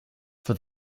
for